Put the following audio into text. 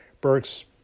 Burks